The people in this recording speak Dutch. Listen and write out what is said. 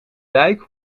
dijk